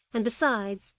and besides,